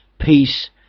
Peace